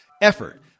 effort